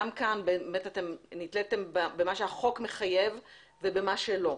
גם כאן נתליתם במה שהחוק מחייב ובמה שלא,